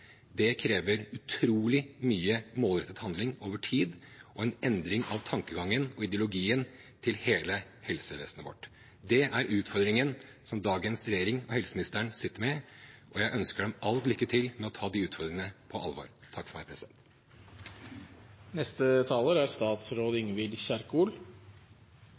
krever utrolig mye målrettet handling over tid og en endring av tankegangen og ideologien til hele helsevesenet vårt. Det er utfordringene som dagens regjering og helseministeren sitter med, og jeg ønsker dem all lykke til med å ta de utfordringene på alvor. Riksrevisjonens undersøkelse av psykiske helsetjenester peker på en rekke områder hvor det er